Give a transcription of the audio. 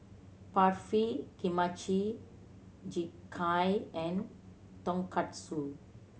Barfi Kimchi Jjigae and Tonkatsu